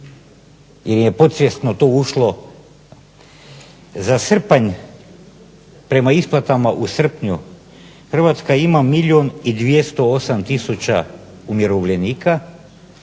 jer je podsvjesno to ušlo. Za srpanj, prema isplatama u srpnju Hrvatska ima milijun i 208000 umirovljenika